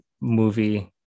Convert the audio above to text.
movie